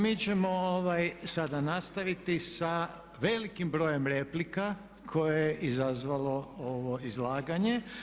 Mi ćemo sada nastaviti sa velikim brojem replika koje je izazvalo ovo izlaganje.